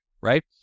right